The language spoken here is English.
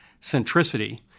centricity